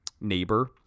neighbor